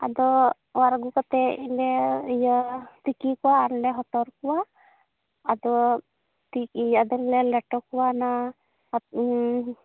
ᱟᱫᱚ ᱚᱣᱟᱨ ᱟᱹᱜᱩ ᱠᱟᱛᱮ ᱞᱮ ᱤᱭᱟᱹ ᱛᱤᱠᱤ ᱠᱚᱣᱟ ᱟᱨᱞᱮ ᱦᱚᱴᱚᱨ ᱠᱚᱣᱟ ᱟᱫᱚ ᱟᱫᱚᱞᱮ ᱞᱮᱴᱚ ᱠᱚᱣᱟ ᱚᱱᱟ